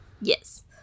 Yes